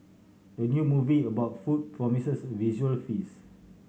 the new movie about food promises visual feast